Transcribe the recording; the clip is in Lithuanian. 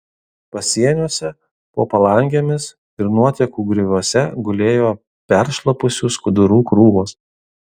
pasieniuose po palangėmis ir nuotekų grioviuose gulėjo peršlapusių skudurų krūvos